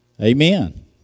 Amen